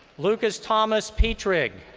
lucas thomas pietrig.